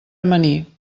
amanir